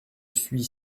suis